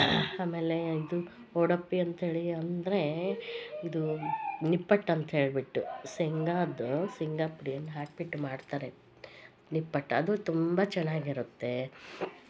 ಆಮೆಲೆ ಇದು ಒಡಪ್ಪಿ ಅಂತ ಹೇಳಿ ಅಂದರೆ ಇದು ನಿಪ್ಪಟ್ಟು ಅಂತ ಹೇಳ್ಬಿಟ್ಟು ಶೇಂಗಾದ್ದು ಶೇಂಗಾ ಪುಡಿಯನ್ನ ಹಾಕಿಬಿಟ್ಟು ಮಾಡ್ತಾರೆ ನಿಪ್ಪಟ್ಟು ಅದು ತುಂಬ ಚೆನ್ನಾಗಿರುತ್ತೆ